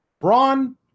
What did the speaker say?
Braun